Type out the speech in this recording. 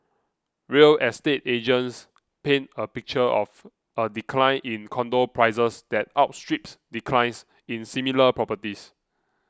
real estate agents paint a picture of a decline in condo prices that outstrips declines in similar properties